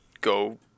go